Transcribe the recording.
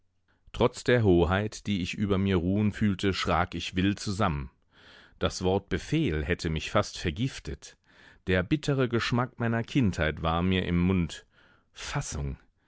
trotz der hoheit die ich über mir ruhen fühlte schrak ich wild zusammen das wort befehl hätte mich fast vergiftet der bittere geschmack meiner kindheit war mir im mund fassung